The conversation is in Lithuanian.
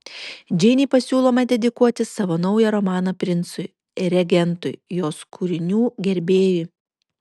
džeinei pasiūloma dedikuoti savo naują romaną princui regentui jos kūrinių gerbėjui